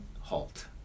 halt